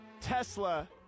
Tesla